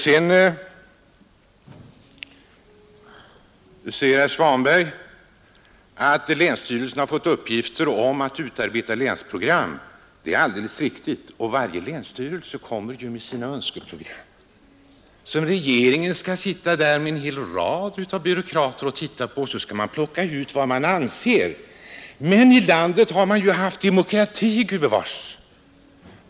Herr Svanberg sade att länsstyrelserna har fått i uppdrag att utarbeta länsprogram. Det är alldeles riktigt, och varje länsstyrelse kommer med sitt önskeprogram,. som regeringen skall sitta och titta på tillsammans med en hel rad byråkrater för att plocka ut vad som kan anses vara genomförbart. I landet har vi demokrati, gudbevars!